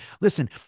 listen